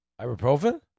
Ibuprofen